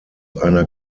einer